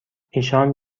ایشان